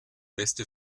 beste